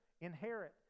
inherit